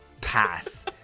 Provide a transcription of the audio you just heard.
pass